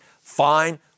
fine